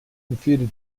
empfehle